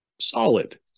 solid